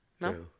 No